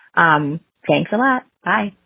um thanks a lot. i